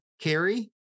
Carrie